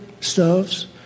stoves